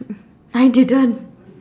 I didn't